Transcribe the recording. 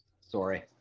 Sorry